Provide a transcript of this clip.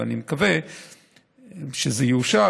ואני מקווה שזה יאושר,